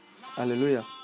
Hallelujah